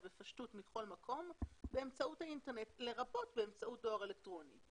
בפשטות מכל מקום באמצעות האינטרנט לרבות באמצעות דואר אלקטרוני".